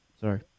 Sorry